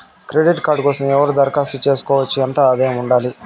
Credit card కోసం ఎవరు దరఖాస్తు చేసుకోవచ్చు? ఎంత ఆదాయం ఉండాలి?